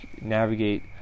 navigate